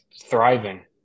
thriving